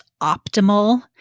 optimal